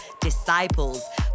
Disciples